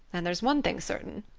and there's one thing certain,